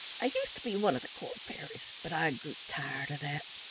i used to be one of the court fairies, but i grew tired of that.